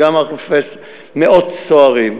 גם מאות סוהרים,